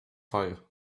fire